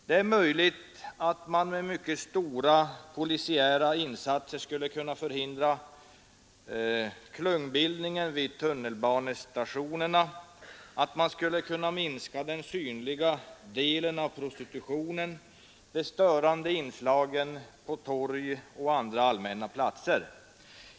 Det är möjligt att man med mycket stora polisiära insatser skulle kunna förhindra klungbildningen vid tunnelbanestationerna, att man skulle kunna minska den synliga delen av prostitutionen, de störande inslagen på torg och andra allmänna platser.